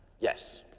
yes.